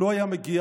"לא היה מגיע,